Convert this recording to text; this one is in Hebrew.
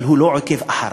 אבל הוא לא עוקב אחריו,